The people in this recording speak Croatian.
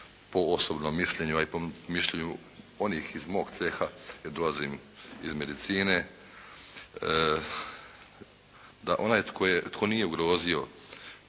po osobnom mišljenju, a i po mišljenju mojih iz mog ceha, jer dolazim iz medicine, da onaj tko nije ugrozio